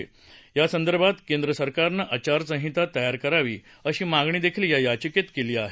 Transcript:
खेळांसंदर्भात केंद्र सरकारनं आचारसंहिता तयार करावी अशी मागणी देखील या याचिकेत केली आहे